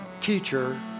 teacher